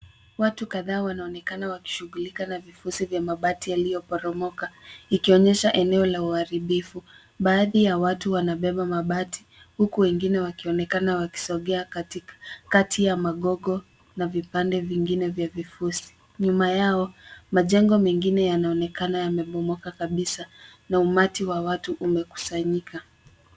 Watu kadhaa wanaonekana wakishughulika na vifosi vya mabati yaliyoporomoka ikionyesha eneo la uharibifu. Baadhi ya watu wanabeba mabati huku wengine wakionekana wakisogea kati ya magogo na vipande vingine vya vifosi. Nyuma yao majengo mengine yanaonekana yamebomoka kabisa na umati wa watu umekusanyika.